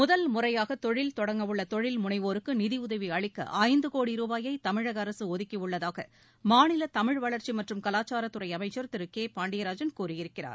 முதல் முறையாக தொழில் தொடங்க உள்ள தொழில் முனைவோருக்கு நிதியுதவி அளிக்க ஐந்து கோடி ரூபாயை தமிழக அரசு ஒதுக்கியுள்ளதாக மாநில தமிழ்வளா்ச்சி மற்றும் கவாச்சாரத் துறை அமைச்சா் திரு கே பாண்டியராஜன் கூறியிருக்கிறார்